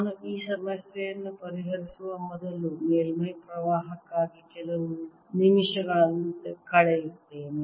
ನಾನು ಈ ಸಮಸ್ಯೆಯನ್ನು ಪರಿಹರಿಸುವ ಮೊದಲು ಮೇಲ್ಮೈ ಪ್ರವಾಹಕ್ಕಾಗಿ ಕೆಲವು ನಿಮಿಷಗಳನ್ನು ಕಳೆಯುತ್ತೇನೆ